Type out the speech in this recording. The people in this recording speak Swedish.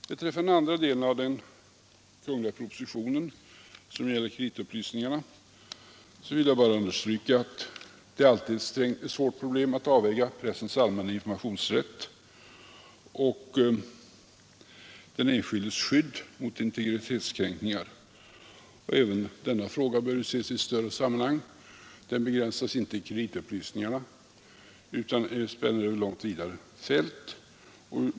Beträffande den andra delen av den kungliga propositionen, som gäller kreditupplysningarna, vill jag bara understryka att det alltid är ett svårt problem att avväga pressens allmänna informationsrätt och den enskildes skydd mot integritetskränkningar. Även denna fråga bör ju ses i det större sammanhanget. Den begränsas inte till kreditupplysningarna utan spänner över långt vidare fält.